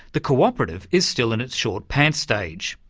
the cooperative is still in its short-pants stage,